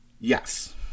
Yes